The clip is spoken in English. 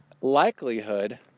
likelihood